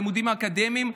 הלימודים האקדמיים.